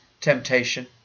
temptation